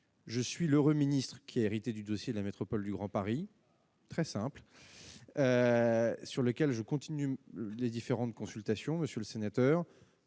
je suis l'heureux ministre qui a hérité du dossier de la métropole du Grand Paris. Très simple sur lequel je continue les différentes consultations, monsieur le sénateur,